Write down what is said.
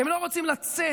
הם לא רוצים לצאת,